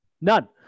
None